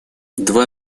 два